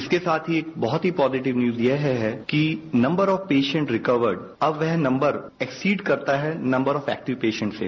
इसके साथ ही बहुत ही पोजिटिव न्यूज यह है कि नम्बर ऑफ पेरोंट रिकवर्ड अब वह नम्बर एकसीड करता है नम्बर ऑफ एकटिव पैरोंट से